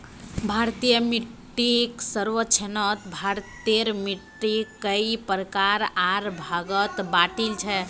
भारतीय मिट्टीक सर्वेक्षणत भारतेर मिट्टिक कई प्रकार आर भागत बांटील छे